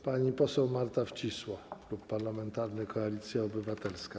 Pani poseł Marta Wcisło, Klub Parlamentarny Koalicja Obywatelska.